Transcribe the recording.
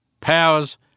powers